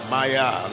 Maya